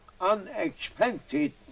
unexpected